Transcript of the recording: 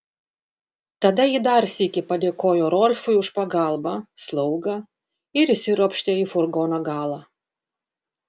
tada ji dar sykį padėkojo rolfui už pagalbą slaugą ir įsiropštė į furgono galą